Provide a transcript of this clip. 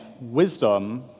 wisdom